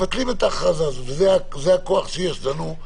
המנגנון עד האמברקס הוא המנגנון של הכרזה על מצב